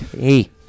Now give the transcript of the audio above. hey